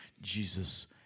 jesus